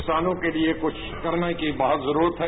किसानों के लिए कुछ करने की बहुत जरूरत है